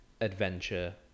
adventure